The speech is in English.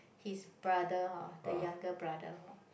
his brother ah the younger brother hor